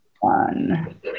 one